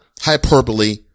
hyperbole